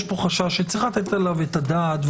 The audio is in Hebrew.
יש פה חשש שצריך לתת עליו את הדעת,